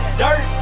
dirt